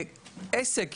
עסק,